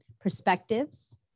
perspectives